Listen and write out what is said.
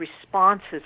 responses